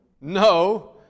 No